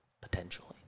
potentially